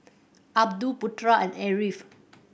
Abdul Putra and Ariff